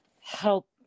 help